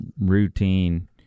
routine